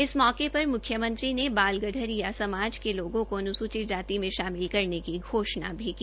इस मौके पर मुख्यमंत्री ने बाल गडरिया समजा के लोगों को अनुसूचित जाति में शामिल करने की घोषणा भी की